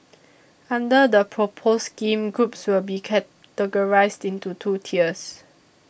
under the proposed scheme groups will be categorised into two tiers